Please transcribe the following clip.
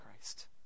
Christ